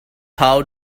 how